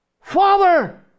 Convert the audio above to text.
Father